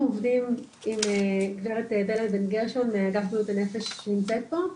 אנחנו עובדים עם גברת בלה בן גרשון מאגף בריאות הנפש שנמצאת פה,